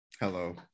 Hello